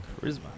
Charisma